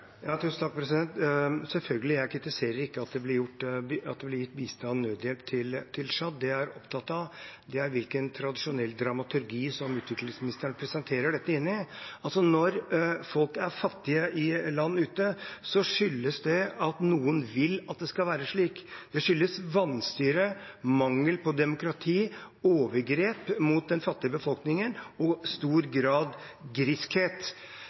Selvfølgelig – jeg kritiserer ikke at det blir gitt bistand og nødhjelp til Tsjad. Det jeg er opptatt av, er hvilken tradisjonell dramaturgi som utviklingsministeren presenterer dette inn i. Når folk er fattige i land ute, skyldes det at noen vil at det skal være slik – det skyldes vanstyre, mangel på demokrati, overgrep mot den fattige befolkningen og i stor grad griskhet.